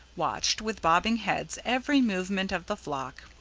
watched, with bobbing heads, every movement of the flock.